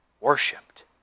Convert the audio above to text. worshipped